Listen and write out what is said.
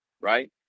right